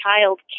child